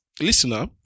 listener